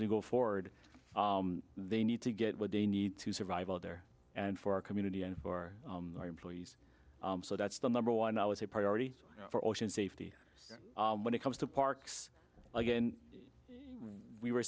we go forward they need to get what they need to survive out there and for our community and for our employees so that's the number one i was a priority for ocean safety when it comes to parks again we were